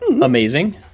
amazing